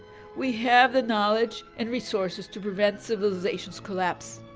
we have the knowledge and resources to prevent civilization's collapse.